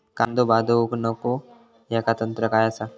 कांदो बाद होऊक नको ह्याका तंत्र काय असा?